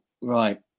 right